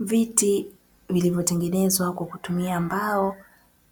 Viti vilivotengenezwa kwa kutumia mbao